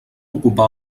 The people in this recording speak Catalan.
ocupar